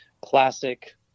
classic